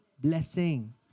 blessing